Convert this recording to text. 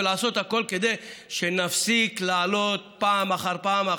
ולעשות הכול כדי שנפסיק לעלות פעם אחר פעם,